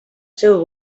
seu